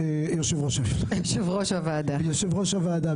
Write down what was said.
יושב-ראש הוועדה,